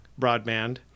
broadband